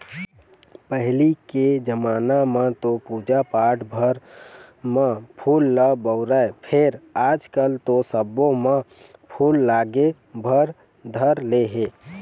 पहिली के जमाना म तो पूजा पाठ भर म फूल ल बउरय फेर आजकल तो सब्बो म फूल लागे भर धर ले हे